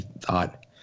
thought